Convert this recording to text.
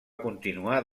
continuar